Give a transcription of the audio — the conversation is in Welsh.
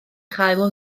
chael